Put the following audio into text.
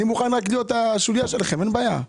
אני מוכן להיות רק השוליה שלכם, אין בעיה.